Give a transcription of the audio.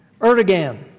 Erdogan